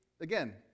Again